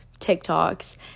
TikToks